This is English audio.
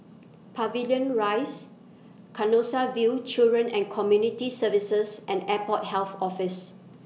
Pavilion Rise Canossaville Children and Community Services and Airport Health Office